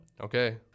Okay